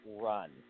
run